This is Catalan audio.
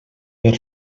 per